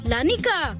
Lanika